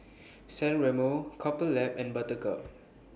San Remo Couple Lab and Buttercup